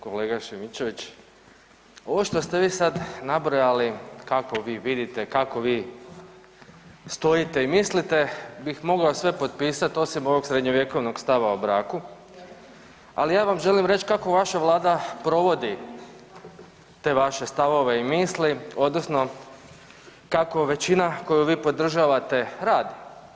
Kolega Šimičević, ovo što ste vi sad nabrojali kako vi vidite, kako vi stojite i mislite bi mogao sve potpisati osim ovog srednjovjekovnog stava o braku, ali ja vam želim reći kako vaša Vlada provodi te vaše stavove i misli odnosno kako većina koju vi podržavate radi.